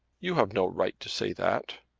you have no right to say that.